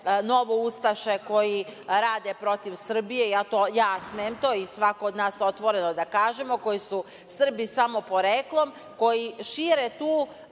nove ustaše koji rade protiv Srbije, ja smem to i svako do nas otvoreno da kažemo, koji su Srbi samo poreklom, koji šire tu